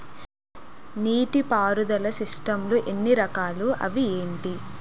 నీటిపారుదల సిస్టమ్ లు ఎన్ని రకాలు? అవి ఏంటి?